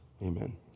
amen